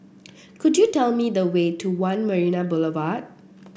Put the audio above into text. could you tell me the way to One Marina Boulevard